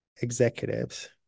executives